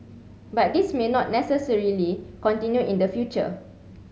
but this may not necessarily continue in the future